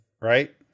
right